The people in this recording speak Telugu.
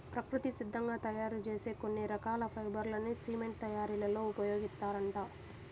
ప్రకృతి సిద్ధంగా తయ్యారు చేసే కొన్ని రకాల ఫైబర్ లని సిమెంట్ తయ్యారీలో ఉపయోగిత్తారంట